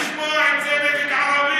אני רגיל לשמוע את זה נגד ערבים.